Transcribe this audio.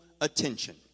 attention